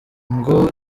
ngo